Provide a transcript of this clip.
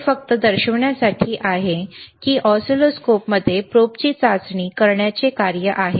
हे फक्त दर्शविण्यासाठी आहे की ऑसिलोस्कोपमध्ये प्रोबची चाचणी करण्याचे कार्य आहे ठीक आहे